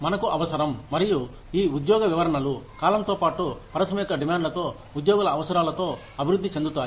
మనకు అవసరం మరియు ఈ ఉద్యోగ వివరణలు కాలంతో పాటు పరిశ్రమ యొక్క డిమాండ్లతో ఉద్యోగుల అవసరాలతో అభివృద్ధి చెందుతాయి